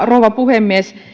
rouva puhemies